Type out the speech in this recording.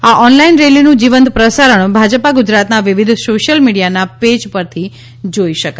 આ ઓનલાઇન રેલીનું જીવંત પ્રસારણ ભાજપા ગુજરાતના વિવિધ સોશિયલ મિડીયાના પેજ પરથી જોઇ શકાશે